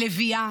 לביאה,